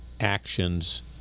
actions